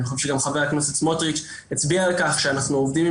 חבר הכנסת סמוטריץ' הצביע על כך אנחנו עובדים על